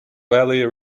valley